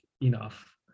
enough